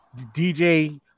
DJ